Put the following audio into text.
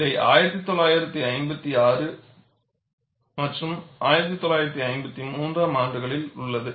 இது 1953 மற்றும் 1956 ஆம் ஆண்டுகளில் உள்ளது